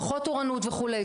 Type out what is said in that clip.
פחות תורנות וכולי.